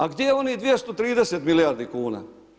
A gdje je onih 230 milijardi kuna?